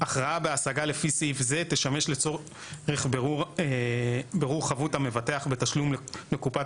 'הכרעה בהשגה לפי סעיף זה תשמש לצורך בירור חבות המבטח בתשלום לקופת